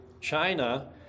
China